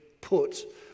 put